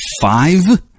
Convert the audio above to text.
five